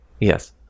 Yes